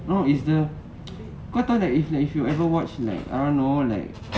no is the kau tahu like if like if you ever watch like I don't know